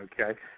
okay